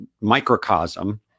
microcosm